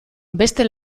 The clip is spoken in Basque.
beste